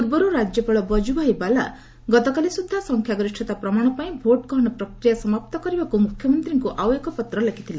ପୂର୍ବରୁ ରାଜ୍ୟପାଳ ବଜୁଭାଇ ଭାଲା ଗତକାଲି ସୁଦ୍ଧା ସଂଖ୍ୟାଗରିଷ୍ଠତା ପ୍ରମାଣ ପାଇଁ ଭୋଟ୍ ଗ୍ରହଣ ପ୍ରକ୍ରିୟା ସମାପ୍ତ କରିବାକୁ ମୁଖ୍ୟମନ୍ତ୍ରୀଙ୍କୁ ଆଉ ଏକ ପତ୍ର ଲେଖିଥିଲେ